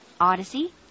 Odyssey